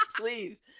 Please